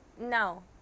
no